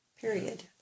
Period